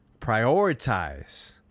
Prioritize